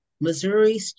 Missouri